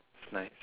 nice